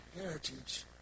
heritage